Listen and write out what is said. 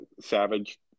Savage